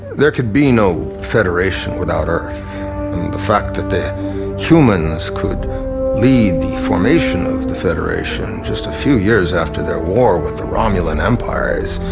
there could be no federation without earth! and the fact that the humans could lead the formation of the federation just a few years after their war with the romulan empire is.